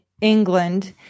England